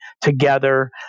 together